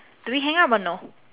do we hang up or no